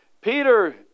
Peter